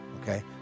Okay